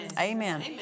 Amen